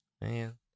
man